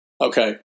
Okay